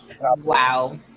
Wow